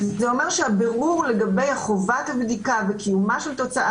זה אומר שהבירור לגבי חובת הבדיקה וקיומה של תוצאה